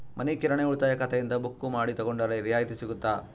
ಮನಿ ಕಿರಾಣಿ ಉಳಿತಾಯ ಖಾತೆಯಿಂದ ಬುಕ್ಕು ಮಾಡಿ ತಗೊಂಡರೆ ರಿಯಾಯಿತಿ ಸಿಗುತ್ತಾ?